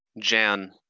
Jan